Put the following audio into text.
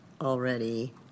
already